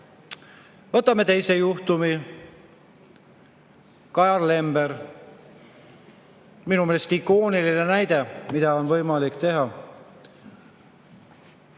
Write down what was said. teise juhtumi: Kajar Lember. Minu meelest ikooniline näide, mida on võimalik teha.